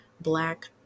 Black